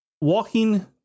Walking